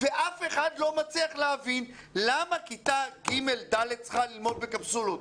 ואף אחד לא מצליח להבין למה כיתה ג' ד' צריכה ללמוד בקפסולות.